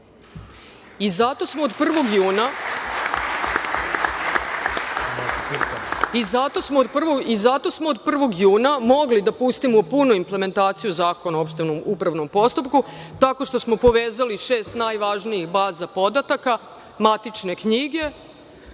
Zato smo od 1. juna mogli da pustimo punu implementaciju Zakona o opštem upravnom postupku, tako što smo povezali šest najvažnijih baza podataka – matične knjige,